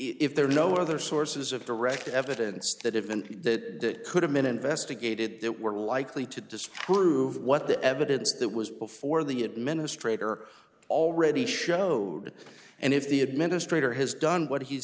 if there are no other sources of direct evidence that event that could have been investigated that were likely to disprove what the evidence that was before the administrator already showed and if the administrator has done what he's